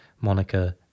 Monica